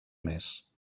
més